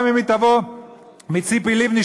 גם אם היא תבוא מציפי לבני,